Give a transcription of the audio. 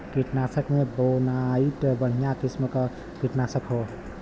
कीटनाशक में बोनाइट बढ़िया किसिम क कीटनाशक हौ